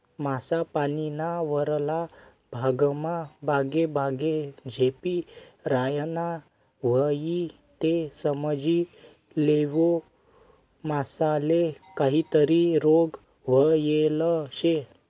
मासा पानीना वरला भागमा बागेबागे झेपी रायना व्हयी ते समजी लेवो मासाले काहीतरी रोग व्हयेल शे